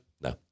no